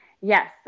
Yes